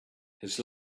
his